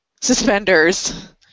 suspenders